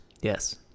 Yes